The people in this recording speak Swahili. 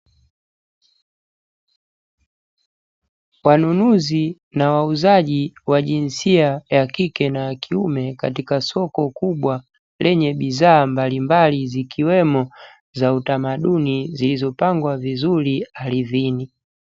Wanunuzi na wauzaji wa jinsia ya kike na wa kiume katika soko kubwa lenye bidhaa mbalimbali zikiwemo za utamaduni zilizopangwa vizuri ardhini.